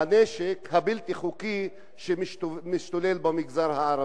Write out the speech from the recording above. מהנשק הבלתי-חוקי שמשתולל במגזר הערבי.